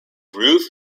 ruth